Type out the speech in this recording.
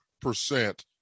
percent